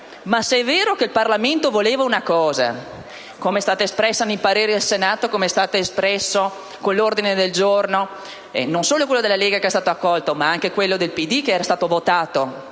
Se è vero che il Parlamento voleva una cosa, che è stata espressa nei pareri al Senato e con gli ordini del giorno (non solo quello della Lega, che è stato accolto, ma anche quello del PD, che è stato votato